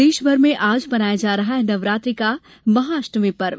प्रदेशभर में आज मनाया जा रहा है नवरात्रि महाअष्टमी पर्व